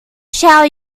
shall